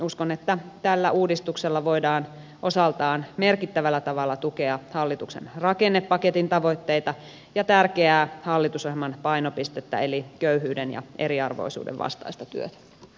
uskon että tällä uudistuksella voidaan osaltaan merkittävällä tavalla tukea hallituksen rakennepaketin tavoitteita ja tärkeää hallitusohjelman painopistettä eli köyhyyden ja eriarvoisuuden vastaista työtä